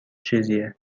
چیزیه